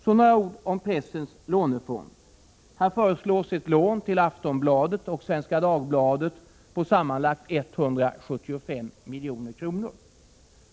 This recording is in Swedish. Så några ord om pressens lånefond. Här föreslås ett lån till Aftonbladet och Svenska Dagbladet på sammanlagt 175 milj.kr.